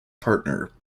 partner